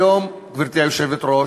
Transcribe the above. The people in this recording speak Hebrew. היום, גברתי היושבת-ראש,